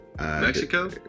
Mexico